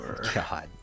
God